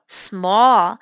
small